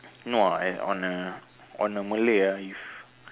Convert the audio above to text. no ah on a on a malay ah if